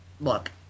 Look